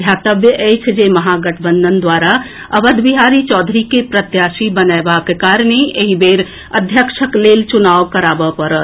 ध्यातव्य अछि जे महागठबंधन द्वारा अवध बिहारी चौधरी के प्रत्याशी बनएबाक कारणे एहि बेर अध्यक्षक लेल चुनाव कराबए पड़ल